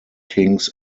kings